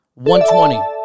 120